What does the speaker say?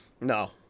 No